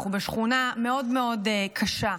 אנחנו בשכונה מאוד מאוד קשה.